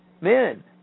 Men